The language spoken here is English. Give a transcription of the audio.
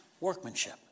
Workmanship